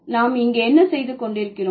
நாம் இங்கே என்ன செய்து கொண்டிருக்கிறோம்